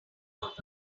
out